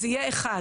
זה יהיה אחד.